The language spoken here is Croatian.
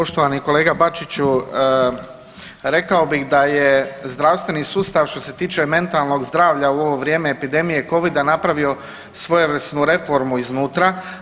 Poštovani kolega Bačiću rekao bih da je zdravstveni sustav što se tiče mentalnog zdravlja u ovo vrijeme epidemije Covid-a napravio svojevrsnu reformu iznutra.